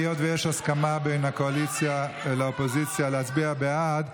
היות שיש הסכמה בין הקואליציה לאופוזיציה להצביע בעד,